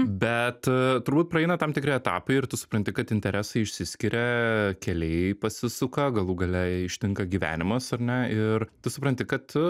bet turbūt praeina tam tikri etapai ir tu supranti kad interesai išsiskiria keliai pasisuka galų gale ištinka gyvenimas ar ne ir tu supranti kad